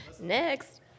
Next